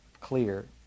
clear